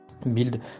Build